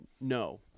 no